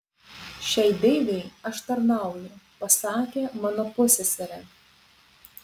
šiai deivei aš tarnauju pasakė mano pusseserė